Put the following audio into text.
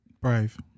Brave